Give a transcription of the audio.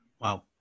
Wow